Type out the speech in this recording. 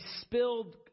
spilled